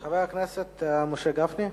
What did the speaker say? חבר הכנסת משה גפני,